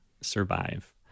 survive